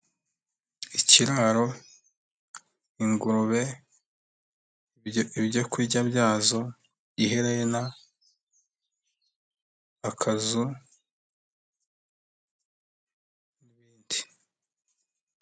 Ikiraro, ingurube, ibyo kurya byazo, iherena, akazu, n'ibindi.